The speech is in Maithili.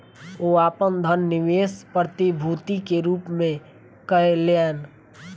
ओ अपन धन निवेश प्रतिभूति के रूप में कयलैन